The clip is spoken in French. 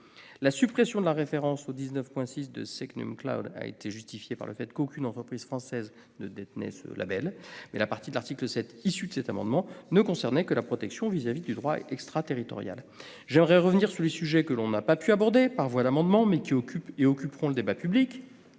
La suppression de la référence au 19.6 de SecNumCloud a été justifiée par le fait qu'aucune entreprise française ne détenait ce label. Toutefois, la partie de l'article 7 issue de cet amendement ne concernait que la protection vis-à-vis du droit extraterritorial. J'aimerais revenir sur les sujets qui n'ont pas pu être abordés par voie d'amendement, mais qui occupent et occuperont le débat public